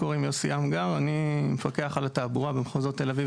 אני מפקח על התעבורה במחוזות תל אביב